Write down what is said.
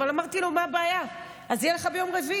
אבל אמרתי לו: מה הבעיה, אז יהיה לך ביום רביעי.